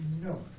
No